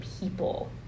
people